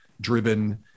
driven